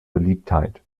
beliebtheit